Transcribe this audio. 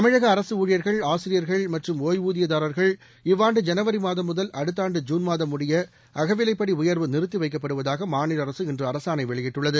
தமிழக அரசு ஊழியர்கள் ஆசிரியர்கள் மற்றும் ஓய்வூதியதாரர்கள் இவ்வாண்டு ஜனவரி மாதம் முதல் அடுத்த ஆண்டு ஜூன் மாதம் முடிய அகவிவைப்படி உயர்வு நிறுத்தி வைக்கப்படுவதாக மாநில அரசு இன்று அரசாணை வெளியிட்டுள்ளது